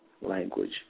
language